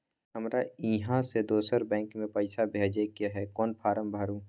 हमरा इहाँ से दोसर बैंक में पैसा भेजय के है, कोन फारम भरू?